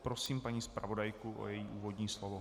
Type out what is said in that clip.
Prosím paní zpravodajku o její úvodní slovo.